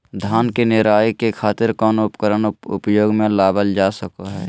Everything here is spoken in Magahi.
धान के निराई के खातिर कौन उपकरण उपयोग मे लावल जा सको हय?